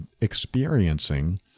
experiencing